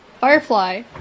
Firefly